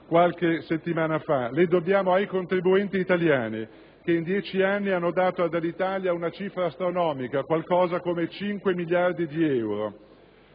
qualche settimana fa); la dobbiamo ai contribuenti italiani, che in dieci anni hanno dato ad Alitalia una cifra astronomica, qualcosa come 5 miliardi di euro.